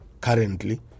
currently